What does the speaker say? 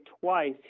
twice